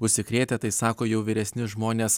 užsikrėtę tai sako jau vyresni žmonės